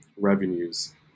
revenues